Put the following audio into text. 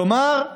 כלומר,